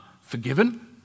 forgiven